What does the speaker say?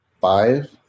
five